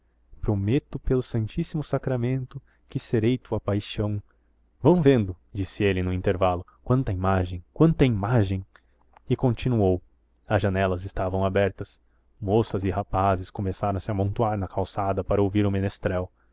prometo pelo santíssimo sacramento que serei tua paixão vão vendo disse ele num intervalo quanta imagem quanta imagem e continuou as janelas estavam abertas moças e rapazes começaram a se amontoar na calçada para ouvir o menestrel